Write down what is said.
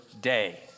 day